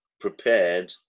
prepared